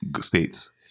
states